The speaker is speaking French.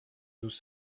nous